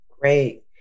Great